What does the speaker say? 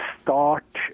start